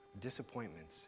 disappointments